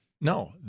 No